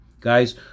Guys